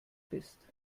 bist